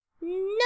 No